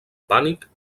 pànic